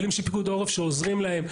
חיילים של פיקוד העורף שעוזרים להם.